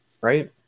Right